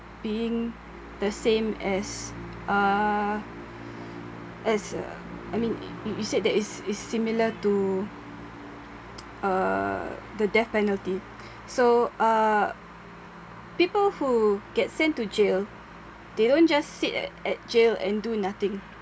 being the same as uh as uh I mean you you said that it's it's similar to uh the death penalty so uh people who get sent to jail they don't just sit at at jail and do nothing